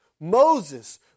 Moses